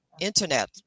internet